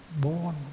born